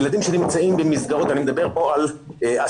ילדים שנמצאים במסגרות אני מדבר כאן על עשרות,